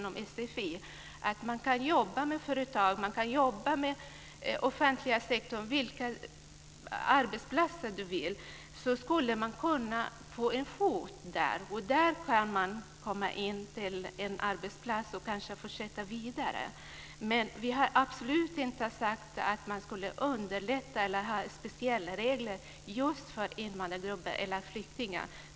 Om det finns möjlighet att jobba på företag, inom offentliga sektorn eller vilken arbetsplats som helst ger det en möjlighet att få in en fot där. Då går det att komma in på en arbetsplats och sedan fortsätta vidare därifrån. Jag har absolut inte sagt att man ska underlätta eller ha speciella regler för just invandrargrupper eller flyktingar.